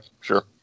sure